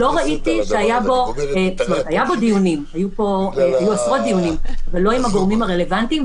היו בו עשרות דיונים אבל לא עם הגורמים הרלוונטיים,